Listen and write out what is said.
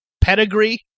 Pedigree